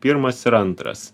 pirmas ir antras